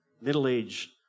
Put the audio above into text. Middle-aged